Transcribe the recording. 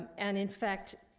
and in fact,